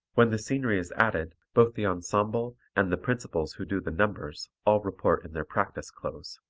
when the scenery is added, both the ensemble and the principals who do the numbers all report in their practice clothes.